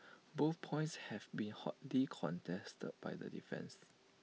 both points have been hotly contested by the defence